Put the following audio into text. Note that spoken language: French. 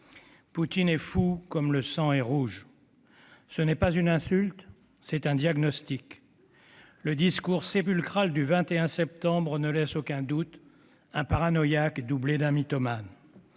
Poutine est fou comme le sang est rouge. Ce n'est pas une insulte, c'est un diagnostic. Le discours sépulcral du 21 septembre ne laisse aucun doute : c'est un paranoïaque doublé d'un mythomane.